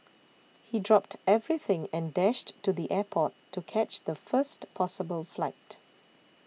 he dropped everything and dashed to the airport to catch the first possible flight